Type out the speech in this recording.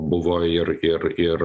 buvo ir ir ir